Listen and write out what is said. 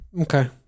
Okay